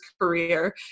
career